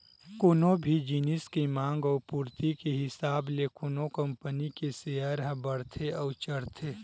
कोनो भी जिनिस के मांग अउ पूरति के हिसाब ले कोनो कंपनी के सेयर ह बड़थे अउ चढ़थे